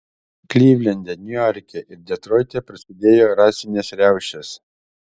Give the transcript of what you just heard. klivlende niuarke ir detroite prasidėjo rasinės riaušės